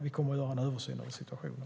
Vi kommer att göra en översyn av situationen.